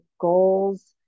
goals